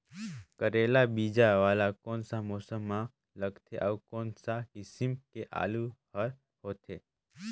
करेला बीजा वाला कोन सा मौसम म लगथे अउ कोन सा किसम के आलू हर होथे?